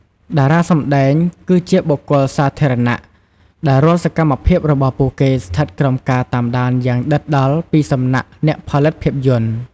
តារាសម្ដែង គឺជាបុគ្គលសាធារណៈដែលរាល់សកម្មភាពរបស់ពួកគេស្ថិតក្រោមការតាមដានយ៉ាងដិតដល់ពីសំណាក់អ្នកផលិតភាពយន្ត។